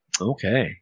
Okay